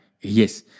yes